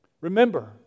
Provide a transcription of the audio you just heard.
remember